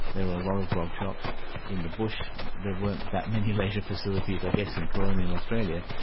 there were a lot of grog shops in the bush, there weren't that many leisure facilities i guess in colonial australia,